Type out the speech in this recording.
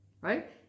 right